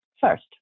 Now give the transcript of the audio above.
First